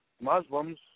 Muslims